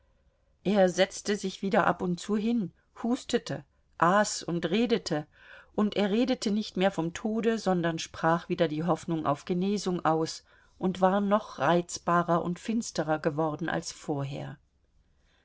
er setzte sich wieder ab und zu hin hustete aß und redete und er redete nicht mehr vom tode sondern sprach wieder die hoffnung auf genesung aus und war noch reizbarer und finsterer geworden als vorher